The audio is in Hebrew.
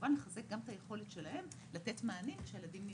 וכמובן לחזק גם את היכולת שלהם לתת מענים כשהילדים בבית.